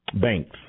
banks